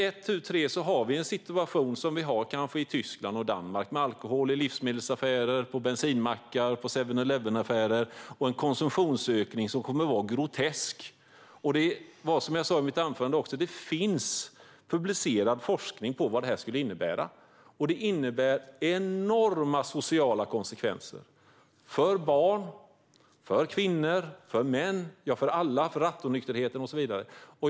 Ett tu tre har vi en situation som i Tyskland och Danmark med alkohol i livsmedelsaffärer, på bensinmackar och på 7-Eleven-affärer. Det kommer att bli en konsumtionsökning som kommer att vara grotesk. Som jag sa i mitt anförande finns det forskning publicerad om vad detta skulle innebära. Det innebär enorma sociala konsekvenser för barn, kvinnor och män - ja, för alla. Det får konsekvenser för rattonykterheten och så vidare.